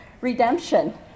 redemption